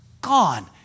gone